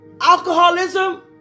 Alcoholism